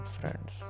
friends